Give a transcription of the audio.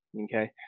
okay